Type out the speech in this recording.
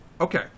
Okay